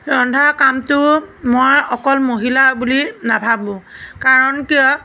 ৰন্ধাৰ কামটো মই অকল মহিলাৰ বুলি নাভাবোঁ কাৰণ কিয়